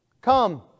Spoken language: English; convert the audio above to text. Come